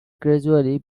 gradually